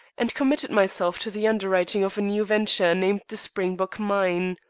and committed myself to the underwriting of a new venture named the springbok mine.